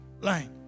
line